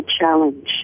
challenge